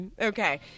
okay